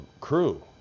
Crew